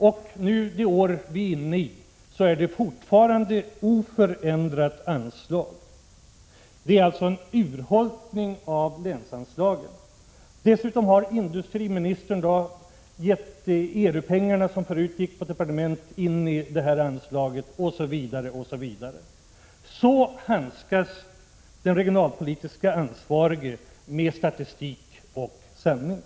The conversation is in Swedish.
För innevarande år är det fortfarande fråga om oförändrade anslag. Det har alltså skett en urholkning av länsanslagen. Dessutom har industriministern överfört ERU-medlen, som förut gick på departementet, till det här anslaget, osv. Så handskas den regionalpolitiskt ansvarige med statistik och sanning.